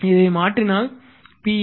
இதை மாற்றினால் பி